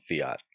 Fiat